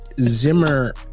Zimmer